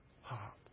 heart